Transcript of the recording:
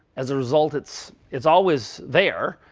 as a result, it's it's always there.